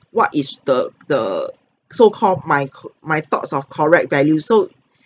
what is the the so called my cor~ my thoughts of correct values so